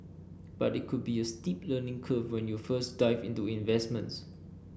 but it could be a steep learning curve when you first dive into investments